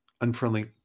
unfriendly